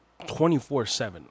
24-7